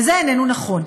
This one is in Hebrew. זה איננו נכון,